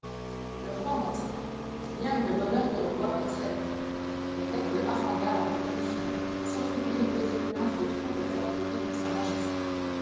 le roi entra julien eut le bonheur de le voir de très près l'évêque le harangua avec onction et sans oublier une petite nuance de trouble fort poli pour sa majesté